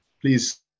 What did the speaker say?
Please